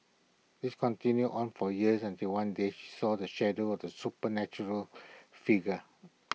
this continued on for years until one day she saw the shadow of the supernatural figure